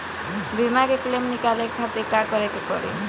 बीमा के क्लेम निकाले के खातिर का करे के पड़ी?